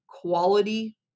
quality